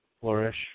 flourish